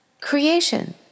creation